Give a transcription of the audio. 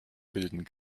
bilden